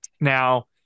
Now